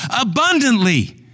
abundantly